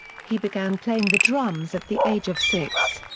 he began playing the drums at the age of six.